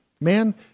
man